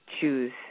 choose